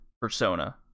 persona